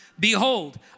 Behold